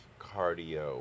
cardio